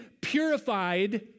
purified